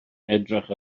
edrych